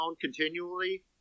continually